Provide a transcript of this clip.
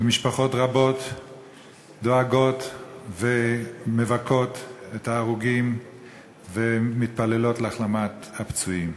ומשפחות רבות דואגות ומבכות את ההרוגים ומתפללות להחלמת הפצועים.